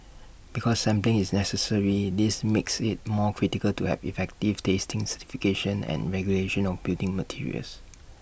because sampling is necessary this makes IT more critical to have effective testing certification and regulation of building materials